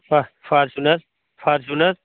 फा Fortuner Fortuner